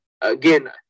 again